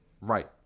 Right